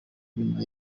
nyuma